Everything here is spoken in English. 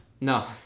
No